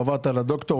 עברת לדוקטור,